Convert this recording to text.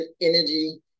energy